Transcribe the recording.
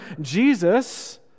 Jesus